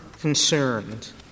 concerned